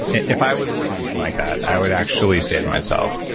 if i was working on some like that, i would actually say to myself,